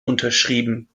unterschrieben